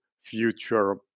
Future